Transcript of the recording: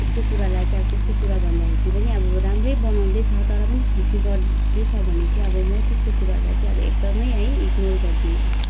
त्यस्तो कुरालाई चाहिँ अब त्यस्तो कुरा भन्दादेखि पनि अब राम्रै बनाउँदैछ तर पनि खिसी गर्दै छ भने चाहिँ अब म त्यस्तो कुरालाई चाहिँ अब एकदमै है इग्नोर गरिदिन्छु